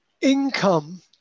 income